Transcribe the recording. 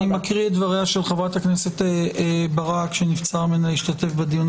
אני מקריא את דבריה של חברת הכנסת ברק שנבצר ממנה להשתתף בדיון,